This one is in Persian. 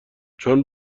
چون